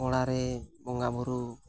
ᱜᱳᱲᱟ ᱨᱮ ᱵᱚᱸᱜᱟᱼᱵᱩᱨᱩ